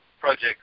Project